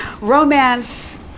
Romance